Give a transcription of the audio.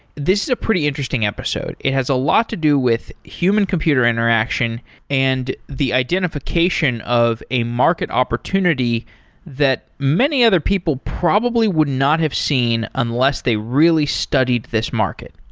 this is a pretty interesting episode. it has a lot to do with human computer interaction and the identification of a market opportunity that many other people probably wouldn't not have seen unless they really studied this market.